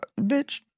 Bitch